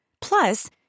Plus